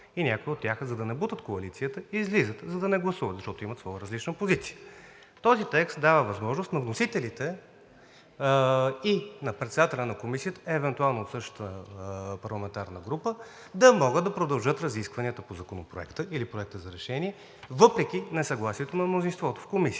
с него, за да не бутат коалицията, те излизат и не гласуват, защото имат своя различна позиция. Този текст дава възможност на вносителите и на председателя на комисията да могат да продължат разискванията по законопроекта или проекта на решение въпреки несъгласието на мнозинството в комисията.